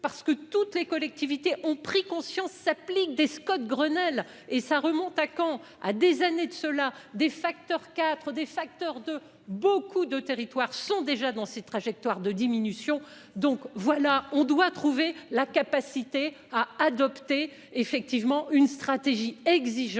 parce que toutes les collectivités ont pris conscience s'applique des Scott Grenelle et ça remonte à quand. À des années de cela des facteurs, 4 des facteurs de beaucoup de territoires sont déjà dans trajectoire de diminution donc voilà on doit trouver la capacité à adopter effectivement une stratégie exigeante